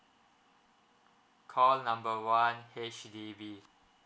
call number one H_D_B